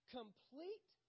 complete